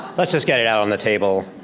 let's just get it out on the table.